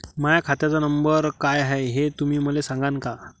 माह्या खात्याचा नंबर काय हाय हे तुम्ही मले सागांन का?